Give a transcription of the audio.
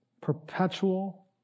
perpetual